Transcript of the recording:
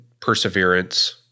perseverance